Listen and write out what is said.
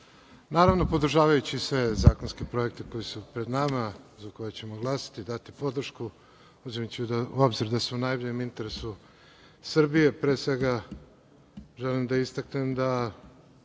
naravno podržavajući sve zakonske projekte koji su pred nama za koje ćemo glasati i dati podršku, uzimajući u obzir da su u najboljem interesu Srbije, pre svega, želim da istaknem da